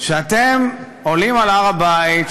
שאתם עולים להר הבית,